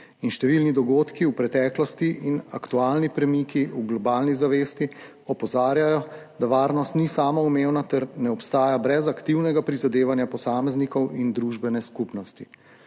in številni dogodki v preteklosti in aktualni premiki v globalni zavesti opozarjajo, da varnost ni samoumevna ter ne obstaja brez aktivnega prizadevanja posameznikov in družbene skupnosti.